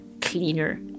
cleaner